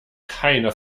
keine